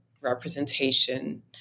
representation